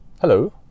hello